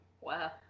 Wow